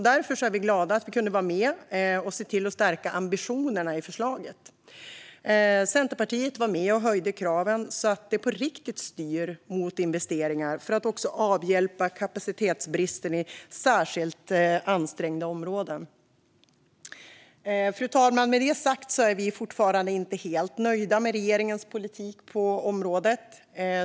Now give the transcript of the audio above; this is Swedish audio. Därför är vi glada att vi kunde vara med och se till att stärka ambitionerna i förslaget. Centerpartiet var med och höjde kraven så att detta på riktigt styr mot investeringar för att även avhjälpa kapacitetsbristen i särskilt ansträngda områden. Fru talman! Med det sagt är vi fortfarande inte helt nöjda med regeringens politik på området.